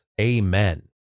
Amen